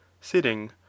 sitting